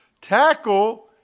Tackle